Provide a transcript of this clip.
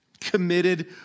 committed